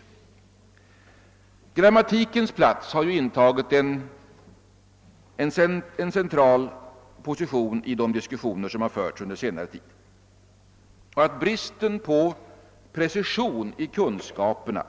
Frågan om grammatikundervisningen har ju intagit en central position i de diskussioner som förts under senare tid. Bristen på precision i kunskaperna